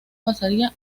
pasaría